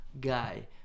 guy